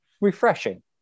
refreshing